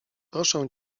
proszę